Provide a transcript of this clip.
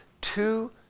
two